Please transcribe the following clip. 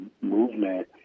movement